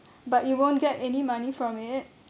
but you won't get any money from it